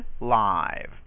live